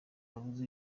babuze